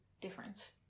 difference